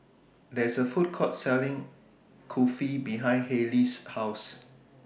There IS A Food Court Selling Kulfi behind Hayley's House